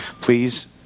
please